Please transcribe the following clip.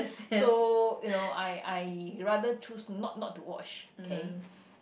so you know I I rather choose not not to watch okay